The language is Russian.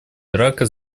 ирака